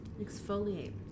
Exfoliate